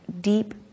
deep